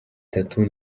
tatu